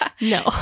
No